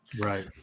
right